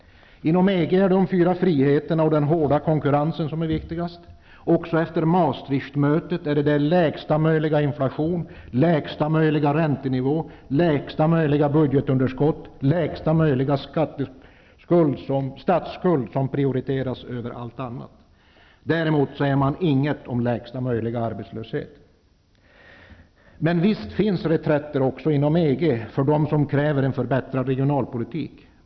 Inom EG är det de fyra friheterna och den hårda konkurrensen som är viktigast. Också efter Maastrichtmötet är det lägsta möjliga inflation, lägsta möjliga räntenivå, lägsta möjliga budgetunderskott och lägsta möjliga statsskuld som prioriteras framför allt annat. Däremot säger man inget om lägsta möjliga arbetslöshet. Men visst finns reträtter också inom EG för dem som kräver en förbättrad regionalpolitik.